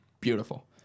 beautiful